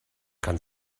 kann